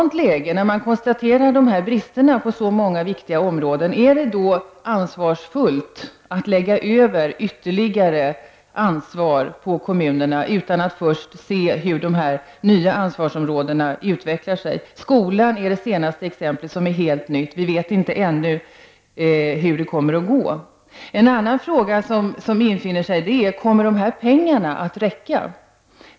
När man konstaterar brister på så många viktiga områden undrar jag om det är ansvarsfullt att lägga över ytterligare ansvar på kommunerna utan att först se hur de nya ansvarsområdena utvecklar sig. Skolan är det senaste exemplet, och vi vet ännu inte hur det kommer att gå på det området. En annan fråga som inställer sig är denna: Kommer dessa pengar att räcka?